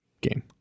game